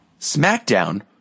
smackdown